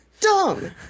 dumb